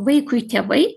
vaikui tėvai